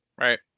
right